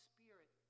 Spirit